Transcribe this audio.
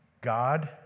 God